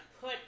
put